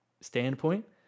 standpoint